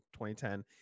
2010